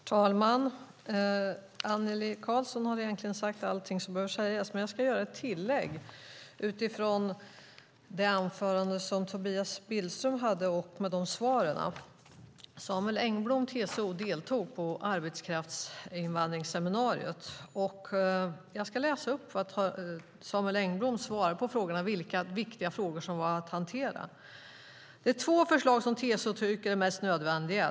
Herr talman! Annelie Karlsson har egentligen sagt allt som behöver sägas, men jag ska göra ett tillägg utifrån det anförande som Tobias Billström höll och de svar han gav. Samuel Engblom, TCO, deltog i arbetskraftsinvandringsseminariet. Jag ska läsa upp hans svar på vilka viktiga frågor som var att hantera: Det är "två förslag som TCO tycker är mest nödvändiga.